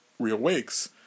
reawakes